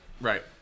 Right